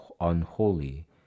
unholy